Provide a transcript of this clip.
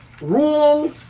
rule